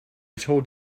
told